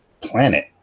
planet